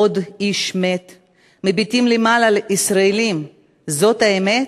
עוד איש מת / מביטים למעלה ישראלים: זאת האמת?